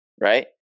right